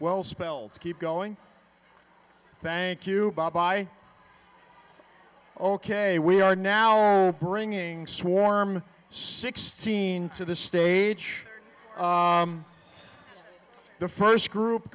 well spelled keep going thank you by all k we are now bringing swarm sixteen to the stage the first group